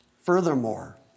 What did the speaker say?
Furthermore